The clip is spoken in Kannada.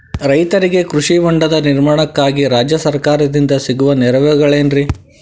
ರೈತರಿಗೆ ಕೃಷಿ ಹೊಂಡದ ನಿರ್ಮಾಣಕ್ಕಾಗಿ ರಾಜ್ಯ ಸರ್ಕಾರದಿಂದ ಸಿಗುವ ನೆರವುಗಳೇನ್ರಿ?